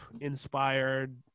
inspired